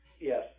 Yes